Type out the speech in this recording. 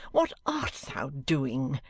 what art thou doing?